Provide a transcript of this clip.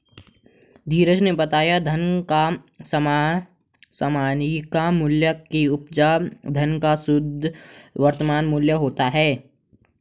धीरज ने बताया धन का समसामयिक मूल्य की उपज धन का शुद्ध वर्तमान मूल्य होता है